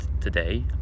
today